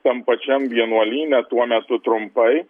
tam pačiam vienuolyne tuo metu trumpai